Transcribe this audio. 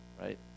right